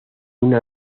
una